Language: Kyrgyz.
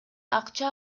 акча